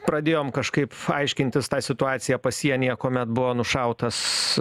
pradėjom kažkaip aiškintis tą situaciją pasienyje kuomet buvo nušautas